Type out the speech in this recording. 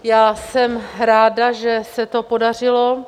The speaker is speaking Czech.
Já jsem ráda, že se to podařilo.